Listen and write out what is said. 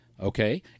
okay